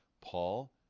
Paul